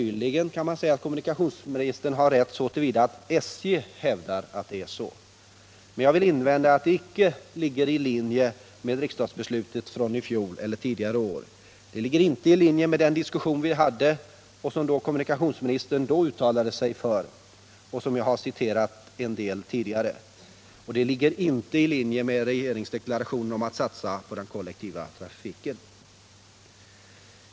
Ja, kommunikationsministern har möjligen rätt så till vida att SJ hävdar att det är så. Men jag vill invända att det inte ligger i linje med riksdagsbesluten från i fjol och från tidigare år. Det ligger inte heller i linje med den diskussion vi då hade och med vad kommunikationsministern då uttalade sig för. Jag har citerat en del av det tidigare. Och det ligger inte i linje med regeringsdeklarationen om att satsa på den kollektiva trafiken.